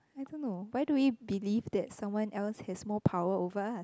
I don't know why do we believe that someone else has more power over us